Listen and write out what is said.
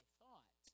thought